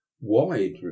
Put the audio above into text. Wide